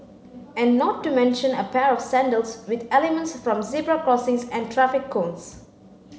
and not to mention a pair of sandals with elements from zebra crossings and traffic cones